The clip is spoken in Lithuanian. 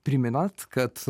priminat kad